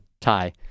tie